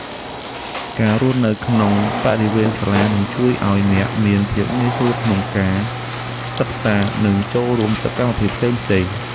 ការរស់នៅក្នុងបរិវេណសាលានឹងជួយឱ្យអ្នកមានភាពងាយស្រួលក្នុងការសិក្សានិងចូលរួមសកម្មភាពផ្សេងៗ។